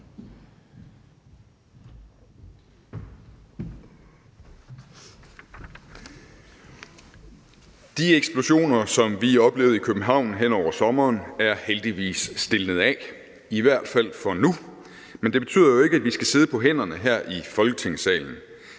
De eksplosioner, som vi oplevede i København hen over sommeren, er heldigvis stilnet af, i hvert fald for nu, men det betyder jo ikke, at vi skal sidde på hænderne her i Folketingssalen.